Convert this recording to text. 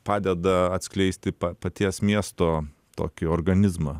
padeda atskleisti paties miesto tokį organizmą